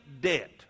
debt